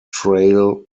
trail